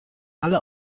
alle